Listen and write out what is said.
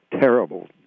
terrible